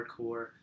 hardcore